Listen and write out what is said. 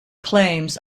claims